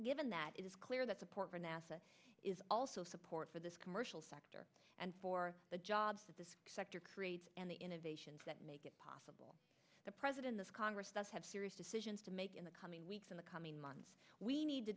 given that it is clear that support for nasa is also support for this commercial sector and for the jobs that this sector creates and the innovations that make it possible the president this congress does have serious decisions to make in the coming weeks in the coming months we need to